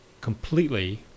completely